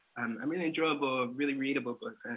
um i mean enjoyable, really readable books. and